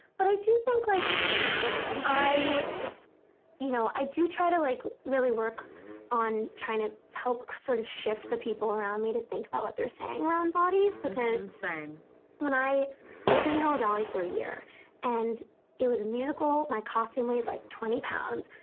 but i do think, like i you know, i do try to like really work on trying to help sort of shift the people around me to think about what they're saying around bodies because same when, i i was doing hello dolly for a year and it was a musical. my costume weighed like twenty pounds.